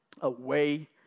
away